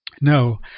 no